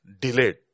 Delayed